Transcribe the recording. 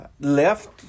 left